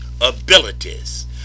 abilities